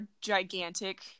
gigantic